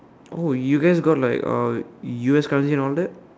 oh you guys got like uh U_S currency and all that